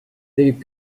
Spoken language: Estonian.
tekib